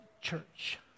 Church